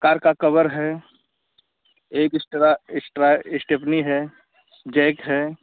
car का cover है एक इस्ट्रा इस्ट्रा स्टेपनी है जैक है